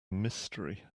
mystery